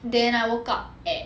then I woke up at